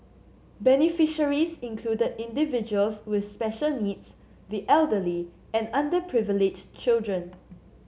beneficiaries included individuals with special needs the elderly and underprivileged children